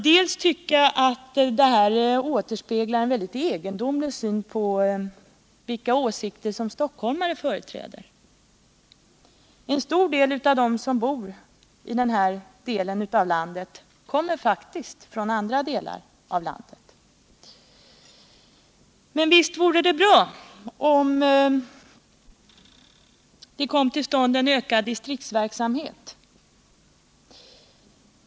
Jag tycker att detta återspeglar en väldigt egendomlig syn på vilka åsikter som stockholmare företräder. En stor del av dem som bor i den här delen av landet kommer faktiskt från andra delar av landet. Men visst vore det bra om det kom till stånd en ökad distriktsverksamhet.